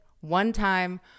one-time